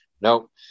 nope